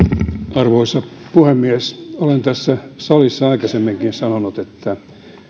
arvoisa puhemies olen tässä salissa aikaisemminkin sanonut että